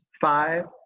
five